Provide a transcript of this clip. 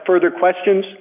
further questions